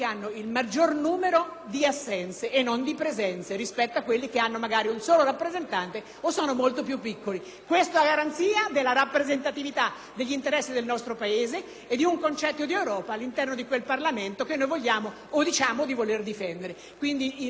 Questo a garanzia della rappresentatività degli interessi del nostro Paese e di un concetto di Europa all'interno di quel Parlamento che noi vogliamo o diciamo di voler difendere. Quindi, il mio voto è a favore degli emendamenti presentati e li sostengo assieme a chi la pensa come me. *(Congratulazioni)*.